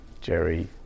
Jerry